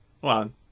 one